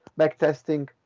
backtesting